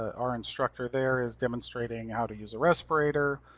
our instructor there is demonstrating how to use a respirator,